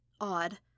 odd